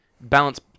Balance